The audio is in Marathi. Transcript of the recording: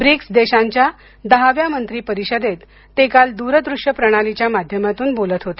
ब्रिक्स देशांच्या दहाव्या मंत्री परिषदेत ते काल दूर दृश्य प्रणालीच्या माध्यमातून बोलत होते